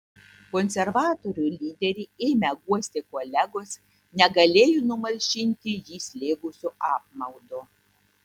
konservatorių lyderį ėmę guosti kolegos negalėjo numalšinti jį slėgusio apmaudo